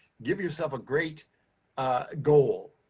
give yourself a great goal,